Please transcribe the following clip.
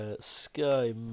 Sky